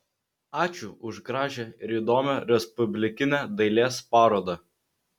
ačiū už gražią ir įdomią respublikinę dailės parodą